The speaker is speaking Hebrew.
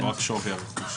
לא רק שווי הרכוש.